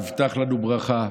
הובטחה לנו ברכה,